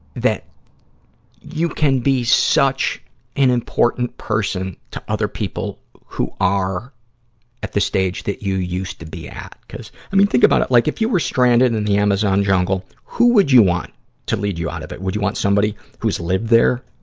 that you can be such an important person to other people who are at the stage that you used to be at. cuz, i mean, think about it. like, if you were stranded in the amazon jungle, who would you want to lead you out of it? would you want somebody who's live there,